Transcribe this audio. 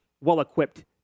well-equipped